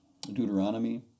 Deuteronomy